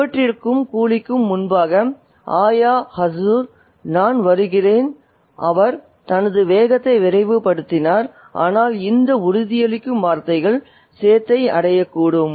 எனவே இவற்றிற்கும் கூலிக்கும் முன்பாக "ஆயா ஹஸூர் நான் வருகிறேன் அவர் தனது வேகத்தை விரைவுபடுத்தினார் ஆனால் இந்த உறுதியளிக்கும் வார்த்தைகள் சேத்தை அடையக்கூடும்